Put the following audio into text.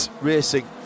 Racing